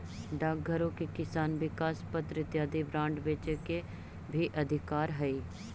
डाकघरो के किसान विकास पत्र इत्यादि बांड बेचे के भी अधिकार हइ